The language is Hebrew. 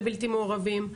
לבלתי מעורבים,